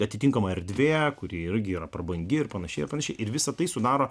atitinkama erdvė kuri irgi yra prabangi ir panašiai ir visa tai sudaro